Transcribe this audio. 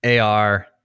AR